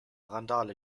randale